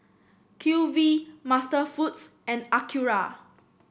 Q V MasterFoods and Acura